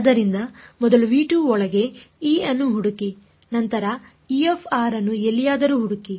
ಆದ್ದರಿಂದ ಮೊದಲು ಒಳಗೆ E ಅನ್ನು ಹುಡುಕಿ ನಂತರ ಅನ್ನು ಎಲ್ಲಿಯಾದರೂ ಹುಡುಕಿ